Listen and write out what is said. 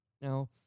Now